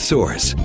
Source